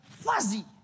fuzzy